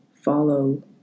follow